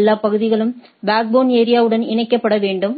எல்லா பகுதிகளும் backbone area உடன் இணைக்கப்பட வேண்டும்